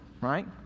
right